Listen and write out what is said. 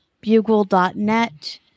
bugle.net